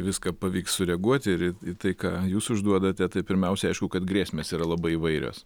viską pavyks sureaguoti ir į tai ką jūs užduodate tai pirmiausia aišku kad grėsmės yra labai įvairios